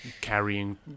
carrying